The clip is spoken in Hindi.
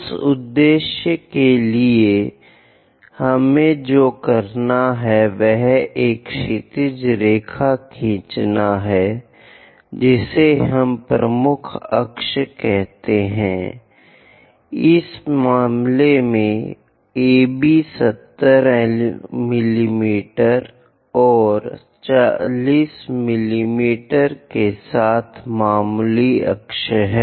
उस उद्देश्य के लिए हमें जो करना है वह एक क्षैतिज रेखा खींचना है जिसे हम प्रमुख अक्ष कहते हैं इस मामले में AB 70 मिमी और 40 मिमी के साथ मामूली अक्ष है